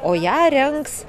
o ją rengs